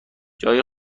جای